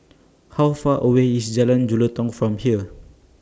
How Far away IS Jalan Jelutong from here